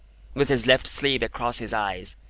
with his left sleeve across his eyes,